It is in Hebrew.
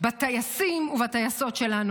בטייסים ובטייסות שלנו,